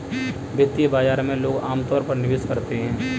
वित्तीय बाजार में लोग अमतौर पर निवेश करते हैं